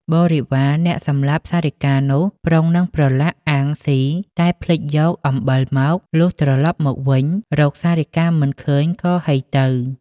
បរិវារអ្នកសម្លាប់សារិកានោះ ប្រុងនឹងប្រឡាក់ អាំងស៊ី តែភ្លេចយកអំបិលមក លុះត្រឡប់មកវិញ រកសារិកាមិនឃើញក៏ហីទៅ ។